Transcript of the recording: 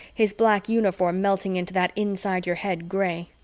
his black uniform melting into that inside-your-head gray.